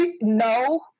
No